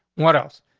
what else?